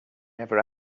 never